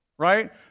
right